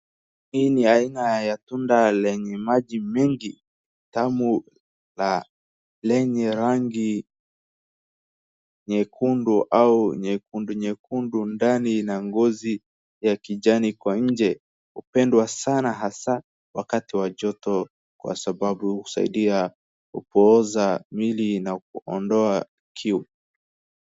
Hii ni aina la tunda lenye maji mengi, tamu na lenye rangi nyekundu au nyekundu nyekundu, ndani ina ngozi ya kijani kwa nje, hupendwa sana hasa wakati wa joto kwa sababu husaidia kupooza miili na kuondoa kiu.